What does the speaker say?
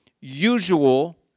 usual